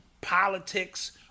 Politics